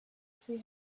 three